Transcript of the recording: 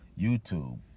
YouTube